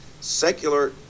secular